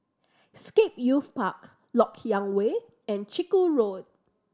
Scape Youth Park Lok Yang Way and Chiku Road